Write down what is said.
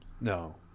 No